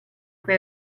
cui